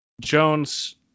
Jones